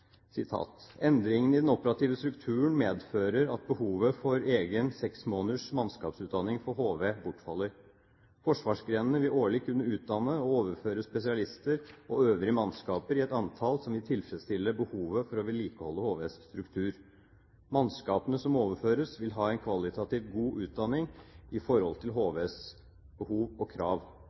i den operative strukturen medfører at behovet for egen seksmåneders mannskapsutdanning for HV bortfaller, jf. kapittel 6 og kapittel 8. Forsvarsgrenene vil årlig kunne utdanne og overføre spesialister og øvrige mannskaper i et antall som vil tilfredsstille behovet for å vedlikeholde HVs struktur. Mannskapene som overføres vil ha en kvalitativt god utdanning i forhold til HVs behov og krav.